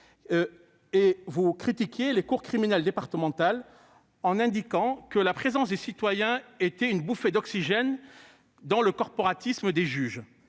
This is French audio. vous critiquiez les cours criminelles départementales, indiquant que la présence des citoyens était une « bouffée d'oxygène dans le corporatisme des juges